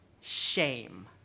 shame